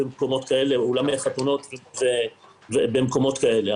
אולמי חתונות ומקומות כאלה.